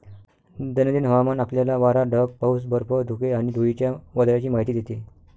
दैनंदिन हवामान आपल्याला वारा, ढग, पाऊस, बर्फ, धुके आणि धुळीच्या वादळाची माहिती देते